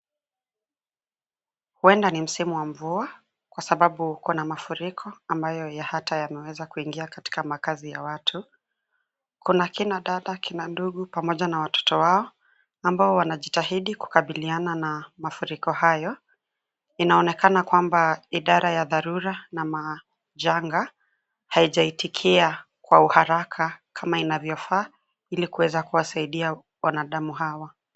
Huenda ni msimu wa mvua kwasababu kuna mafuriko ambayo hata yameweza kuingia katika makaazi ya watu. Kuna kinadada, kinandugu pamoja na watoto wao ambao wanajitahidi kukabiliana na mafuriko hayo. Inaonekana kwamba idara ya dharura na majanga haijaitikia kwa haraka kama inavyofaa ili kuweza kusaidia wanadamu hawa.